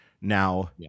Now